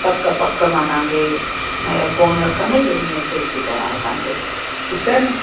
पक पक मां तव्हांखे में फ़ोन रखंदे ई पहिरीं मैसेज थी कयांव तव्हांखे ठीकु आहे न